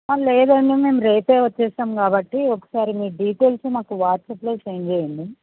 లేదండి మేము రేపు వస్తాం కాబట్టి ఒకసారి మీ డీటెయిల్స్ మాకు వాట్స్అప్లో సెండ్ చేయండి